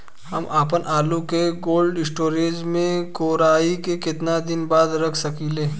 हम आपनआलू के कोल्ड स्टोरेज में कोराई के केतना दिन बाद रख साकिले?